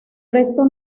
resto